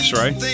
right